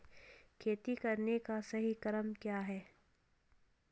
खेती करने का सही क्रम क्या है?